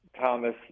Thomas